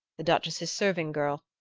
the duchess's serving girl,